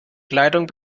kleidung